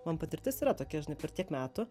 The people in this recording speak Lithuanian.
man patirtis yra tokia žinai per tiek metų